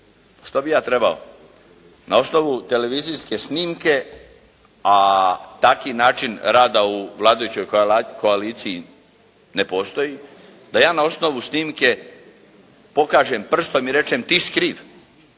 što bih ja trebao, na osnovu televizijske snimke, a takav način rada u vladajućoj koaliciji ne postoji, da ja na osnovu snimke pokažem prstom i rečem ti si kriv.